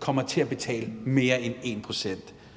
kommer til at betale mere end 1 pct.